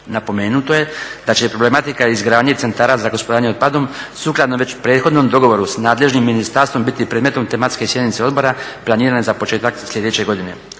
Napomenuto je će problematika izgradnje centara za gospodarenje otpadom sukladno već prethodnom dogovoru s nadležnim ministarstvom biti predmetom tematske sjednice odbora planirane za početak sljedeće godine.